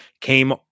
came